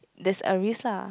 there's a risk lah